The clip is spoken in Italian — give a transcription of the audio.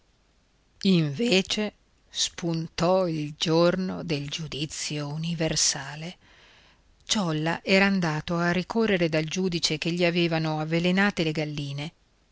invece spuntò il giorno del giudizio universale ciolla era andato a ricorrere dal giudice che gli avevano avvelenate le galline